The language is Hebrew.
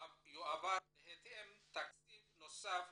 יועבר בהתאם תקציב נוסף